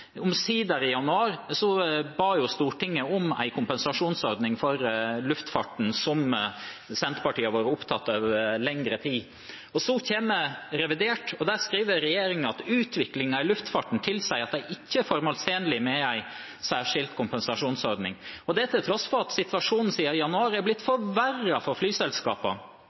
Omsider, i januar, ba Stortinget om en kompensasjonsordning for luftfarten, noe Senterpartiet hadde vært opptatt av i lengre tid. Så kommer revidert nasjonalbudsjett, og der skriver regjeringen at utviklingen i luftfarten tilsier at det ikke er formålstjenlig med en særskilt kompensasjonsordning, og det til tross for at situasjonen siden januar er blitt forverret for